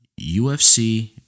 UFC